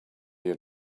your